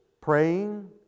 praying